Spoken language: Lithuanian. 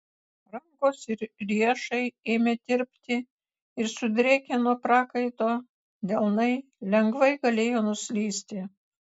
rankos ir riešai ėmė tirpti ir sudrėkę nuo prakaito delnai lengvai galėjo nuslysti